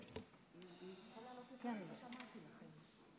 ברכות על תפקידך החדש.